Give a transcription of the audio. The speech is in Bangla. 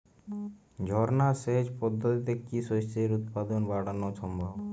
ঝর্না সেচ পদ্ধতিতে কি শস্যের উৎপাদন বাড়ানো সম্ভব?